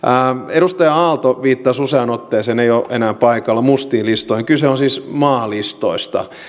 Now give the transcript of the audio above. edustaja aalto viittasi useaan otteeseen ei ole enää paikalla mustiin listoihin kyse on siis maalistoista